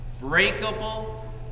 Breakable